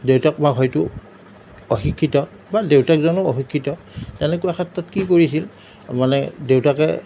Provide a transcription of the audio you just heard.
দেউতাক মাক হয়তো অশিক্ষিত বা দেউতাকজনো অশিক্ষিত তেনেকুৱা ক্ষেত্ৰত কি কৰিছিল মানে দেউতাকে